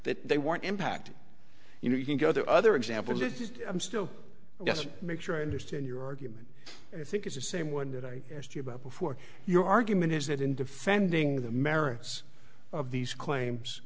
that they weren't impact you know you can go the other examples if i'm still just make sure i understand your argument and i think it's the same one did i asked you about before your argument is that in defending the merits of these claims